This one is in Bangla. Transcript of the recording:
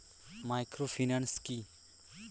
মাইক্রোফিন্যান্স কি?